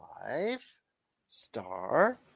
five-star